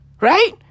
Right